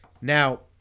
Now